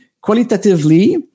qualitatively